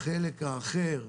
החלק האחר,